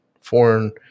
foreign